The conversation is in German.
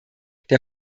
der